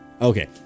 Okay